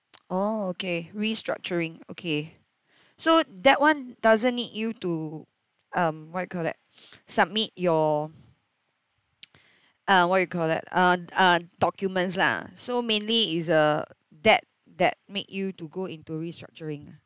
oh okay restructuring okay so that one doesn't need you to um what you call that submit your uh what you call that uh uh documents lah so mainly is uh that that make you to go into restructuring